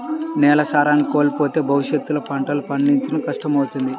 నేలలు సారాన్ని కోల్పోతే భవిష్యత్తులో పంటల్ని పండించడం కష్టమవుతుంది